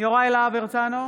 יוראי להב הרצנו,